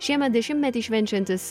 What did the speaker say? šiemet dešimtmetį švenčiantis